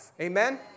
Amen